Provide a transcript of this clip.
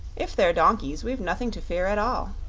if they're donkeys, we've nothing to fear at all.